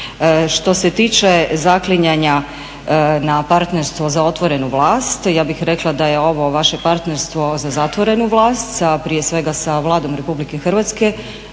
Što se tiče zaklinjanja na partnerstvo za otvorenu vlast ja bih rekla da je ovo vaše partnerstvo za zatvorenu vlast, a prije svega sa Vladom Republike Hrvatske